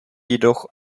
jedoch